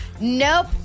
Nope